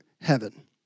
heaven